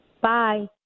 Bye